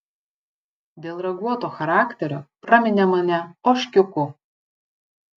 dėl raguoto charakterio praminė mane ožkiuku